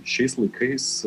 šiais laikais